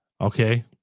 Okay